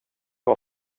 var